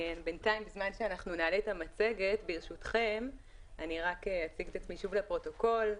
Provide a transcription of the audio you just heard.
בזמן שנעלה את המצגת אני רק אציג את עצמי שוב לפרוטוקול: